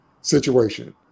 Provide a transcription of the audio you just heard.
situation